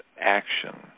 Action